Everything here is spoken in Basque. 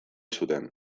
zuten